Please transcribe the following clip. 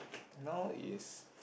now is